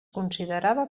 considerava